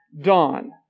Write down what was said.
dawn